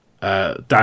Dan